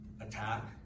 attack